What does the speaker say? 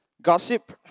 Gossip